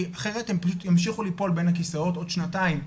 כי אחרת הם פשוט ימשיכו ליפול בין הכיסאות עוד שנתיים.